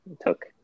took